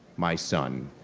my son.